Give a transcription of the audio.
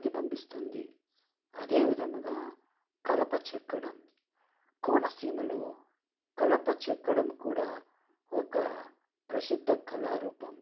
ప్రతిబంబిస్తుంది అదే విధముగా కలప చెక్కడం కోనసీమలో కలప చెక్కడం కూడా ఒక ప్రసిద్ద కళారూపం